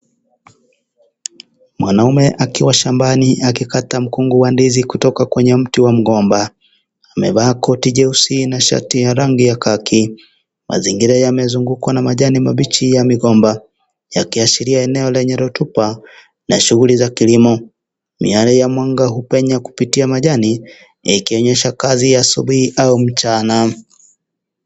Mwanamume akiwa shambani akikata mkungu wa ndizi kutoka kwenye mtu wa mgomba. Amevaa koti jeusi na shati ya rangi ya khaki. Mazingira yamezungukwa na majani mabichi ya migomba yakiashiria eneo lenye rotuba na shughuli za kilimo. Miale ya mwanga hupenya kupitia majani ikionyesha kazi ya asubuhi au mchana.